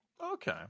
Okay